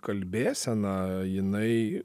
kalbėseną jinai